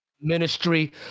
ministry